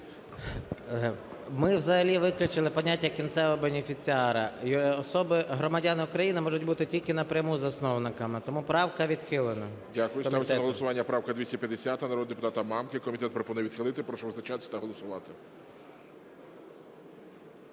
Ми взагалі виключили поняття "кінцевого бенефіціару", громадяни України можуть бути тільки напряму засновниками. Тому правка відхилена комітетом. ГОЛОВУЮЧИЙ. Дякую. Ставиться на голосування правка 250 народного депутата Мамки. Комітет пропонує відхилити. Прошу визначатись та голосувати.